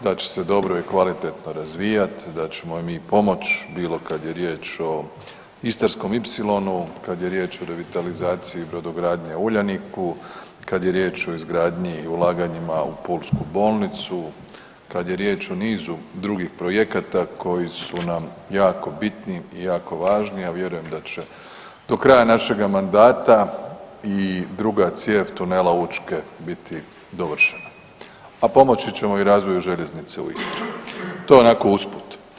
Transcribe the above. Da će se dobro i kvalitetno razvijat, da ćemo joj mi pomoć, bilo kad je riječ o Istarskom ipsilonu, kad je riječ o revitalizaciji brodogradnje u Uljaniku, kad je riječ o izgradnju i ulaganjima u Pulsku bolnicu, kad je riječ o nizu drugih projekata koji su nam jako bitni i jako važni, ja vjerujem da će do kraja našega mandata i druga cijev tunela Učke biti dovršena, a pomoći ćemo i u razvoju željeznice u Istri, to onako usput.